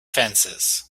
fences